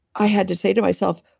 i had to say to myself,